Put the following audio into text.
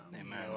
Amen